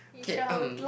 okay um